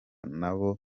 nabo